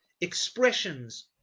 expressions